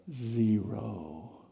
Zero